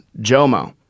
Jomo